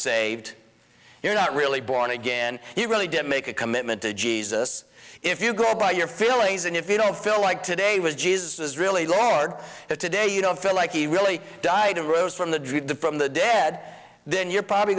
saved you're not really born again you really didn't make a commitment to jesus if you go by your feelings and if you don't feel like today was jesus really lord that today you don't feel like he really died and rose from the dream from the dead then you're probably